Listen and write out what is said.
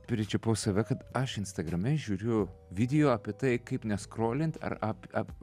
pričiupau save kad aš instagrame žiūriu video apie tai kaip neskrolint ar ap ap